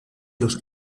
los